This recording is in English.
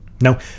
Now